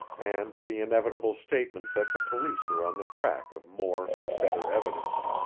and the inevitable statement that the police were on the track of more and better evidence.